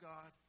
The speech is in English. God